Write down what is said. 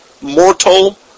mortal